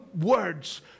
words